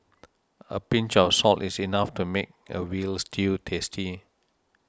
a pinch of salt is enough to make a Veal Stew tasty